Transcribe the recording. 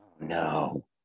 No